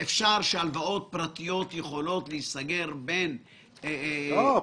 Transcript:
אפשר שהלוואות פרטיות יכולות להיסגר בין --- לא.